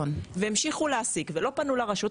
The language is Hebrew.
והמשיכו להעסיק ולא פנו לרשות,